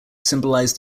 symbolize